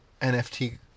NFT